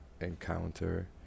encounter